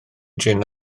jin